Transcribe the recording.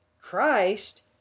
Christ